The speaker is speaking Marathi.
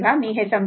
तर मी ते समजावतो